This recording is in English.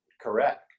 correct